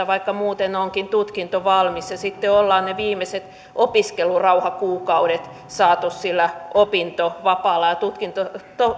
vaikka muuten onkin tutkinto valmis ja sitten ollaan ne viimeiset opiskelurauhakuukaudet saatu sillä opintovapaalla ja tutkinto